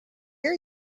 ear